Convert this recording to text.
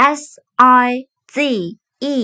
size